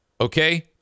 Okay